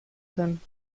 können